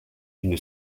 une